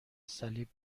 صلیب